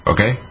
Okay